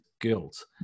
guilt